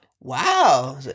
wow